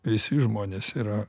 visi žmonės yra